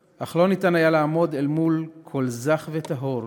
אך לא היה אפשר לעמוד אל מול קול זך וטהור